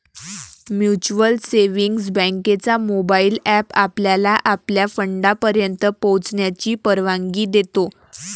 mutual savings बँकेचा mobile app आपल्याला आपल्या फंडापर्यंत पोहोचण्याची परवानगी देतो